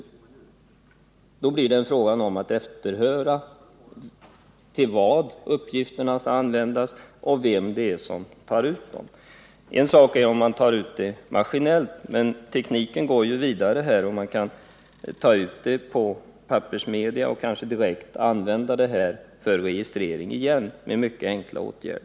Man måste härefterhöra vad uppgifterna skall användas till och vem det är som inhämtar uppgifterna. Det är en sak om man tar ut uppgifterna maskinellt. Men tekniken går framåt, och nu är det möjligt att ta ut uppgifterna på pappersmedia och kanske också att med mycket enkla åtgärder direkt använda dem för registrering igen.